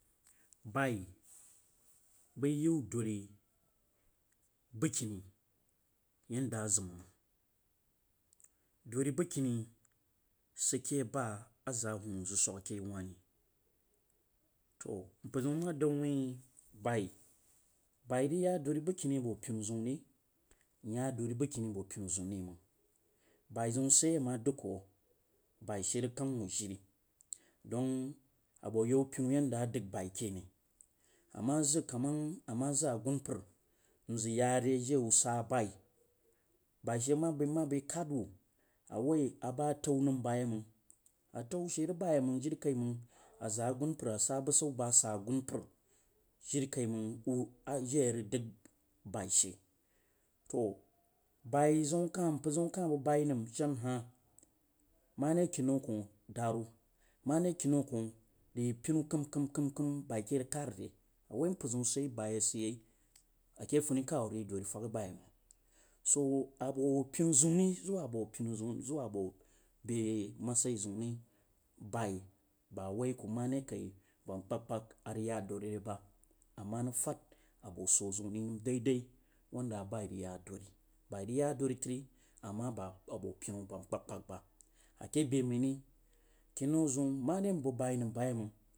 Bai baiyi dari baski yanda azinri məng. dori baskini ke saba yanda a ver awuni wuh swas ke yauwah ri toh mpar ma sang wuin bai. Ba rag ya dori bəgkini so pinu zəunri n ya dori kəkini ba pinu zauri mang. Bai zoun ama dang ku ra baishe rəg kena wutiri abo pinu yada a dəg baiken ama zag kama a ma zəg agunpar nzog ya ri jiri usa bai, bai she ma bai mma kad wu a wui aba ataou nam bayei mang atau she rag ba yeimang jiri kaimanf a za agunpar a ba sabau asah asumpar jiri kai manf jiri a vag dag bai shei. Toah bai zaun kah mpar zou bag bai zaun kah ma zou abg bai zəun na jena mare kinau ko daru more kinnau koh dai pinu kam kam bai ke vag kadre awu mpar zoun sid yei bai a sidyei ake funikeu ri dori fashi bayemang. Su aboo pinui zauna ri zuu bsepinu zoun zuwa a bobe matsiyi zaunri bai bu wai ku mare kai aba nda kapgkpag ku rəg ya dorire tog ama vəgfad ab owsi zounri wanda a a bai rəg ya duri bai rəg yei dori tari ama ba mare bo pinu ba nəm kpagkpag ba ake be maivi kiennau zaun more mbag bai nam ba yeiməng.